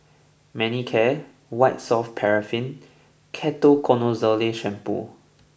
Manicare White Soft Paraffin Ketoconazole Shampoo